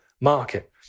market